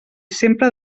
sempre